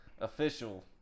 official